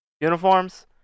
Uniforms